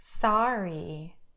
sorry